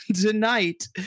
tonight